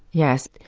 yes.